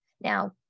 Now